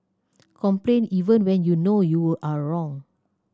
complain even when you know you are wrong